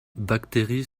bactéries